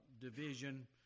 division